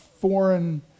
foreign